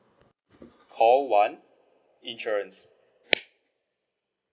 call one insurance